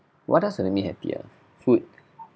what else gonna make me happy ah food